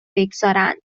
بگذارند